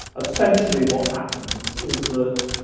essentially, what happens is that,